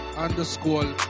underscore